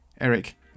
Eric